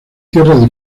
tierra